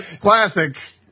classic